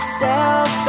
self